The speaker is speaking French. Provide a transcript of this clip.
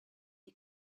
des